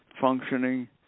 functioning